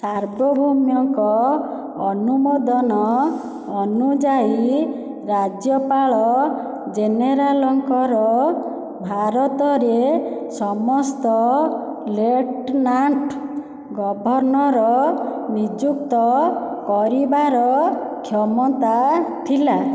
ସାର୍ବଭୌମଙ୍କ ଅନୁମୋଦନ ଅନୁଯାୟୀ ରାଜ୍ୟପାଳ ଜେନେରାଲଙ୍କର ଭାରତରେ ସମସ୍ତ ଲେଫ୍ଟନାଣ୍ଟ ଗଭର୍ଣ୍ଣର ନିଯୁକ୍ତ କରିବାର କ୍ଷମତା ଥିଲା